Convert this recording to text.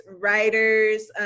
writers